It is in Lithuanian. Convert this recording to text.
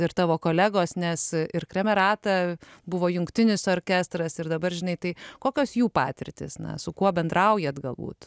ir tavo kolegos nes ir kremerata buvo jungtinis orkestras ir dabar žinai tai kokios jų patirtys na su kuo bendraujat galbūt